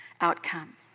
Outcome